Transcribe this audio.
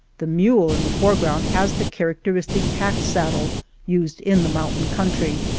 the mule in the foreground has the characteristic pack saddle used in the mountain country,